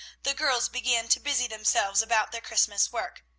the girls began to busy themselves about their christmas work.